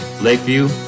Lakeview